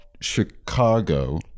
chicago